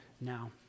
now